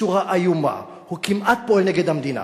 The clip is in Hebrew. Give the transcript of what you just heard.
בצורה איומה, הוא כמעט פועל נגד המדינה.